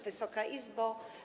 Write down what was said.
Wysoka Izbo!